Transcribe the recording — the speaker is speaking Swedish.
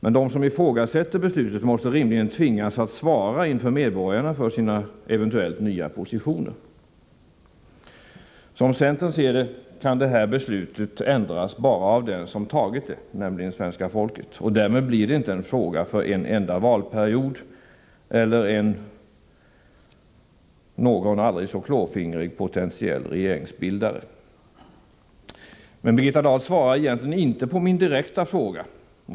Men de som ifrågasätter beslutet måste rimligen inför medborgarna svara för sina eventuellt nya positioner. Som vi i centern ser det hela kan det här beslutet ändras enbart av den som fattat beslutet, nämligen svenska folket. Därmed blir detta inte en fråga för en enda valperiod eller för någon aldrig så klåfingrig potentiell regeringsbildare. Birgitta Dahl svarar egentligen inte på min direkta fråga.